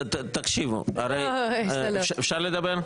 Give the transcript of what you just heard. אפשר לדבר?